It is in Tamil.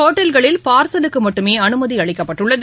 ஒட்டல்களில் பார்சலுக்கு மட்டுமே அனுமதி அளிக்கப்பட்டுள்ளது